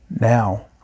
Now